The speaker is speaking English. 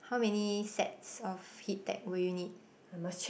how many sets of heat tech will you need